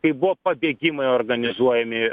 kai buvo pabėgimai organizuojami